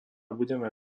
budeme